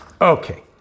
Okay